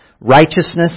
righteousness